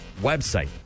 website